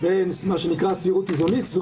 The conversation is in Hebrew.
התחום